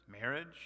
marriage